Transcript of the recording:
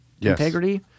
integrity